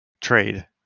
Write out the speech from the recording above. trade